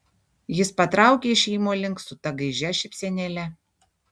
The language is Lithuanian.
jis patraukė išėjimo link su ta gaižia šypsenėle